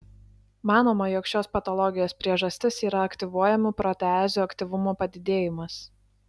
manoma jog šios patologijos priežastis yra aktyvuojamų proteazių aktyvumo padidėjimas